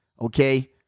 Okay